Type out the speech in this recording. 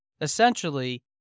Essentially